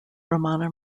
romano